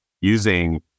using